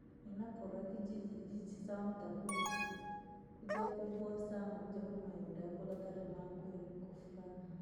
Ni nakuura kijiji, kijiji chisewa mtakuuja, kuja kwaboowa sana kuija kwenu mayunda da kura yakula sana kwa da kura tarima kweli, kwa furaha na amani kabisa.